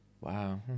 Wow